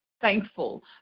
thankful